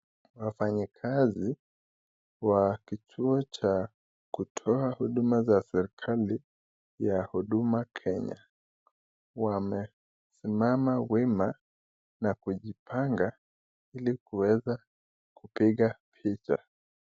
Wafanyikazi wa kituo cha kutoa huduma za serikali ya Huduma Kenya, wamesimama wima na kujipanga ili kuweza kupigwa picha.